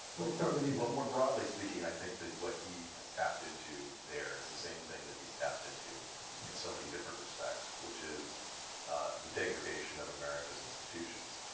we'll start with you, ben. well, more broadly speaking i think that what he has tapped into there is the same thing that he's tapped into in so many different respects which is the degradation of america's institutions.